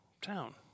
town